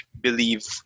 believe